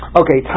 okay